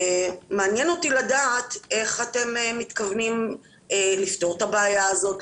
מעניין אותי לדעת איך אתם מתכוונים לפתור את הבעיה הזאת,